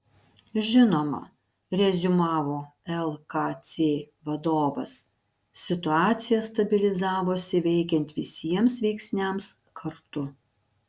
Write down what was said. žinoma reziumavo lkc vadovas situacija stabilizavosi veikiant visiems veiksniams kartu